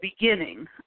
beginning